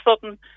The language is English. sudden